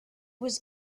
was